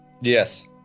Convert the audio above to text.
Yes